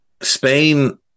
Spain